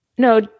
No